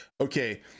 okay